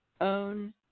Own